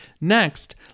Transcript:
Next